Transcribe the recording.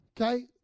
Okay